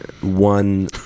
one